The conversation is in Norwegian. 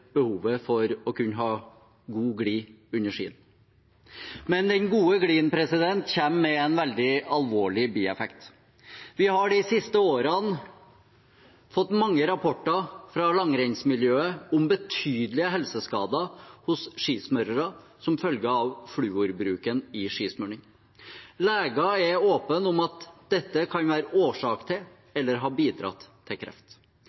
behovet for å kunne ha god glid under skiene. Men den gode gliden kommer med en veldig alvorlig bieffekt. Vi har de siste årene fått mange rapporter fra langrennsmiljøet om betydelige helseskader hos skismørere som følge av fluorbruken i skismurning. Leger er åpne om at dette kan være årsak til eller ha bidratt til kreft.